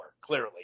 clearly